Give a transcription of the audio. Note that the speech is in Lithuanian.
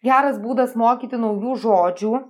geras būdas mokyti naujų žodžių